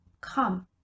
Come